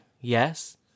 yes